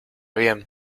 bien